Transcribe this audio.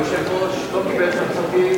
היושב-ראש לא קיבל את הצעתי,